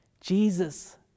Jesus